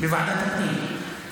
בוועדת הפנים.